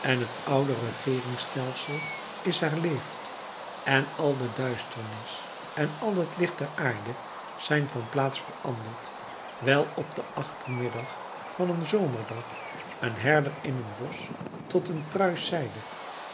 en het oude regeeringstelsel is herleefd en al de duisternis en al het licht der aarde zijn van plaats veranderd wijl op den achtermiddag van een zomerdag een herder in een bosch tot een pruis zeide